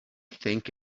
think